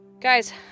Guys